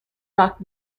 rock